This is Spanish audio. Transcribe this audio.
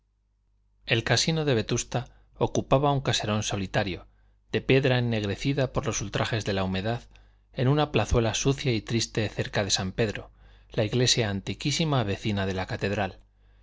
el casino de vetusta ocupaba un caserón solitario de piedra ennegrecida por los ultrajes de la humedad en una plazuela sucia y triste cerca de san pedro la iglesia antiquísima vecina de la catedral